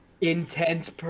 intense